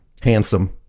handsome